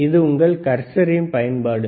இது உங்கள் கர்சரின் பயன்பாடு